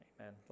Amen